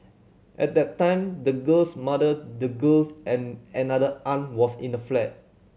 at that time the girl's mother the girl and another aunt was in the flat